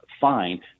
find